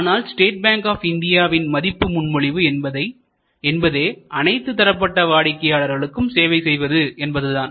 ஆனால் state bank of இந்தியாவின் மதிப்பு முன்மொழிவு என்பதே அனைத்து தரப்பட்ட வாடிக்கையாளர்களுக்கும் சேவை செய்வது என்பதுதான்